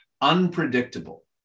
unpredictable